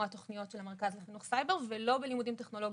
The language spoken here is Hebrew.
התוכניות של המרכז לחינוך סייבר ולא בלימודים טכנולוגיים.